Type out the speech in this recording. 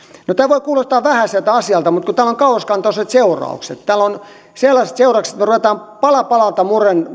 no tämä kuulostaa vähäiseltä asialta mutta tällä on kauaskantoiset seuraukset tällä on sellaiset seuraukset että me rupeamme pala palalta